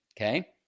Okay